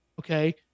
okay